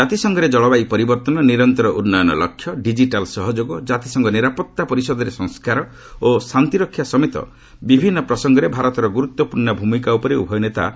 କାତିସଂଘରେ ଜଳବାୟୁ ପରିବର୍ତ୍ତନ ନିରନ୍ତର ଉନ୍ନୟନ ଲକ୍ଷ୍ୟ ଡିଜିଟାଲ୍ ସହଯୋଗ ଜାତିସଂଘ ନିରାପତ୍ତା ପରିଷଦରେ ସଂସ୍କାର ଓ ଶାନ୍ତିରକ୍ଷା ସମେତ ବିଭିନ୍ନ ପ୍ରସଙ୍ଗରେ ଭାରତର ଗୁରୁତ୍ୱପୂର୍ଣ୍ଣ ଭୂମିକା ଉପରେ ଉଭୟ ନେତା ଭାବବିନିମୟ କରିଛନ୍ତି